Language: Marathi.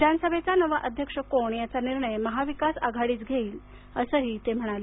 विधानसभेचा नवा अध्यक्ष कोण याचा निर्णय महाविकास आघाडीच घेईल असंही ते म्हणाले